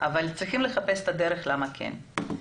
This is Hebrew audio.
אבל צריכים לחפש את הדרך למה כן.